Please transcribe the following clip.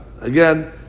Again